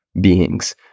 beings